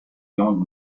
young